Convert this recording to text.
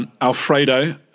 Alfredo